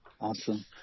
awesome